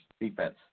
Defense